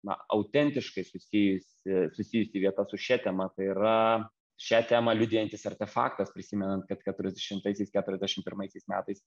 na autentiškai susijusi susijusi vieta su šia tema tai yra šią temą liudijantis artefaktas prisimenant kad keturiasdešimtaisiais keturiasdešim pirmaisiais metais